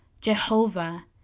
Jehovah